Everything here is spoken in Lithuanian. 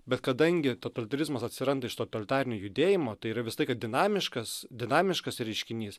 bet kadangi totalitarizmas atsiranda iš totalitarinio judėjimo tai yra visą laiką dinamiškas dinamiškas reiškinys